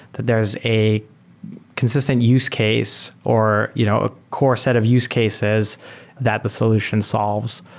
that there is a consistent use case or you know a core set of use cases that the solution solves.